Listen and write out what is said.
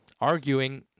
arguing